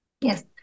yes